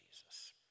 Jesus